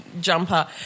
jumper